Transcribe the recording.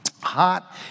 hot